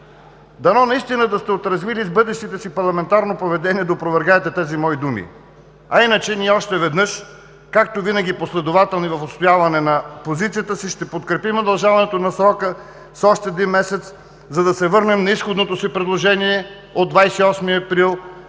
Дано наистина да сте се отрезвили и с бъдещото си парламентарно поведение и да опровергаете тези мои думи. А иначе, ние още веднъж, както винаги последователни в отстояване на позицията си, ще подкрепим удължаването на срока с още един месец, за да се върнем на изходното си предложение от 28 април